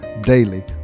Daily